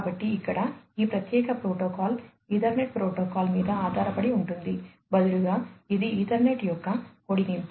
కాబట్టి ఇక్కడ ఈ ప్రత్యేక ప్రోటోకాల్ ఈథర్నెట్ ప్రోటోకాల్ మీద ఆధారపడి ఉంటుంది బదులుగా ఇది ఈథర్నెట్ యొక్క పొడిగింపు